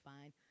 fine